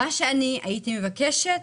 מה שאני הייתי מבקשת,